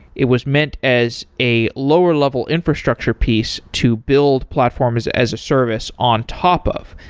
it was meant as a lower level infrastructure piece to build platforms as a service on top of,